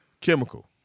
Chemical